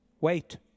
Wait